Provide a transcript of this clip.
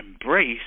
embrace